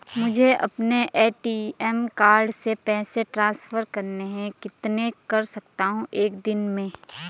मुझे अपने ATM card से पैसे ट्रांसफर करने हैं कितने कर सकता हूँ एक दिन में?